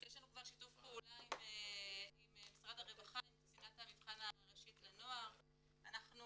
יש לנו כבר שיתוף פעולה עם קצינת המבחן הראשית לנוער במשרד הרווחה,